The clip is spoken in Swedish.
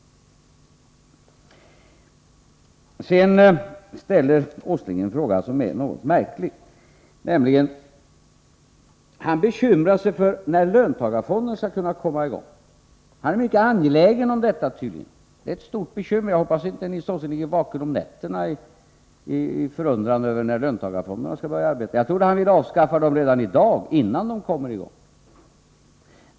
Sedan ställde Nils Åsling en fråga som är något märklig. Han bekymrar sig för när löntagarfonderna skall komma i gång. Han är tydligen mycket angelägen om detta. Det är ett stort bekymmer för honom. Jag hoppas att Nils Åsling inte ligger vaken om nätterna i förundran över när löntagarfonderna skall börja arbeta. Jag trodde att han ville avskaffa dem redan i dag, innan de kommer i gång.